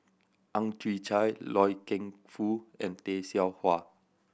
Ang Chwee Chai Loy Keng Foo and Tay Seow Huah